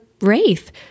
Wraith